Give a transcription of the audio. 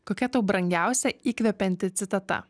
kokia tau brangiausia įkvepianti citata